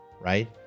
right